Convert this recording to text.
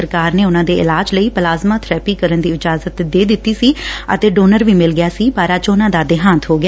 ਸਰਕਾਰ ਨੇ ਉਨਾਂ ਦੇ ਇਲਾਜ ਲਈ ਪਲਾਜ਼ਮਾ ਬਰੈਪੀ ਕਰਨ ਦੀ ਇਜਾਜ਼ਤ ਦੇ ਦਿੱਤੀ ਸੀਂ ਅਤੇ ਡੋਨਰ ਵੀ ਮਿਲ ਗਿਆ ਸੀ ਪਰ ਅੱਜ ਉਨੂਾਂ ਦਾ ਦੇਹਾਂਤ ਹੋ ਗਿਆ